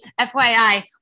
FYI